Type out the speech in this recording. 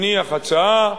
הניח הצעה,